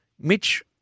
Mitch